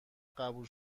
قبول